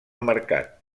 mercat